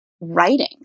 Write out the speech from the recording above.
writing